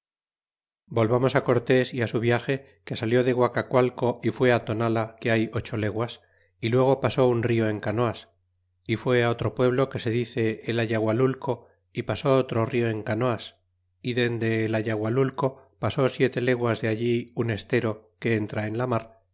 volvamos cortés y su viage que salió de guacacualco y fue to nala que hay ocho leguas y luego pasó un rio en canoas y fué otro pueblo que se dice el ayagualulco y pasó otro rio en canoas y dende el ayagualulco pasó siete leguas de allí un estero que entra en la mar